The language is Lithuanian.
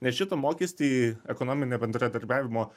nes šitą mokestį ekonominio bendradarbiavimo